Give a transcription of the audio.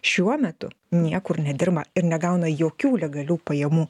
šiuo metu niekur nedirba ir negauna jokių legalių pajamų